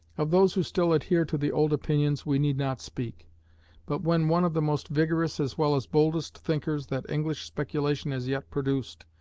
of those who still adhere to the old opinions we need not speak but when one of the most vigorous as well as boldest thinkers that english speculation has yet produced,